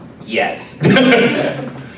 Yes